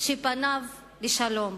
שפניו לשלום.